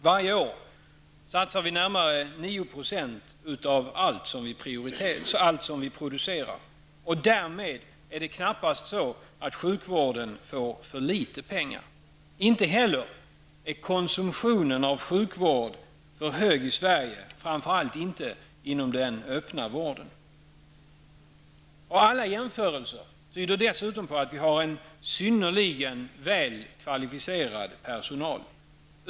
Varje år satsar vi 9 % av allt som vi producerar, och det kan därför knappast sägas att sjukvården får för litet pengar. Inte heller är konsumtionen av sjukvård för hög i Sverige, framför allt inte inom den öppna vården. Dessutom tyder alla jämförelser på att vi har en synnerligen väl kvalificerad personal.